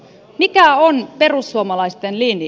mikä on perussuomalaisten linja